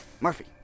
Murphy